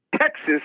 texas